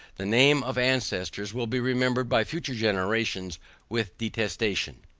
the name of ancestors will be remembered by future generations with detestation.